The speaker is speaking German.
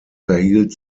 verhielt